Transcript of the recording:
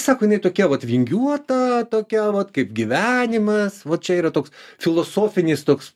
sako jinai tokia vat vingiuota tokia vat kaip gyvenimas va čia yra toks filosofinis toks